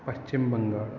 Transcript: Paschim Bengal